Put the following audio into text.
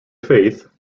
faith